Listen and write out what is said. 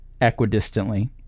equidistantly